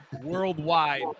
worldwide